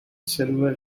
silver